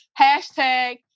Hashtag